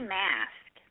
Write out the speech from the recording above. mask